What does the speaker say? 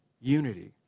unity